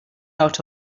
out